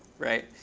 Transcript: right?